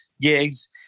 gigs